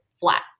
flat